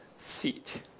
seat